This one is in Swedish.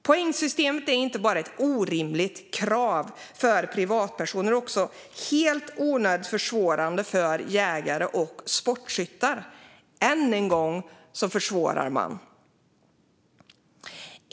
Poängsystemet är inte bara ett orimligt krav för privatpersoner utan är också helt onödigt försvårande för jägare och sportskyttar. Än en gång försvårar man. Fru talman!